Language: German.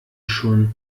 schon